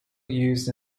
used